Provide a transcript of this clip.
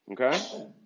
okay